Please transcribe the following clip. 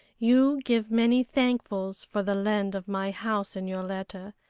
you give many thankfuls for the lend of my house in your letter.